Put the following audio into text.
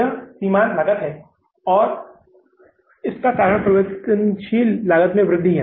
यह सीमांत लागत है और इसका कारण परिवर्तनीय लागत में वृद्धि है